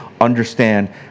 understand